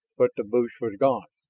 but the bush was gone!